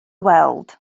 weld